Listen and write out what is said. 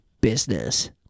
business